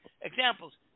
Examples